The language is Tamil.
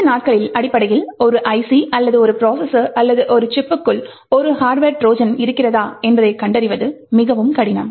இந்த நாட்களில் அடிப்படையில் ஒரு ஐசி அல்லது ப்ரோசஸர்அல்லது சிப்க்குள் ஒரு ஹார்ட்வர் ட்ரோஜன் இருக்கிறதா என்பதைக் கண்டறிவது மிகவும் கடினம்